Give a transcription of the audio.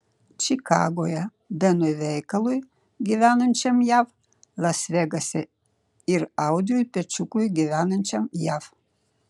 čikagoje benui veikalui gyvenančiam jav las vegase ir audriui pečiukui gyvenančiam jav